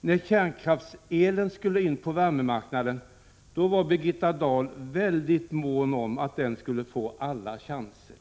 När kärnkraftselen skulle in på värmemarknaden var Birgitta Dahl väldigt mån om att den skulle få alla chanser.